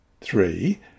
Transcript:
Three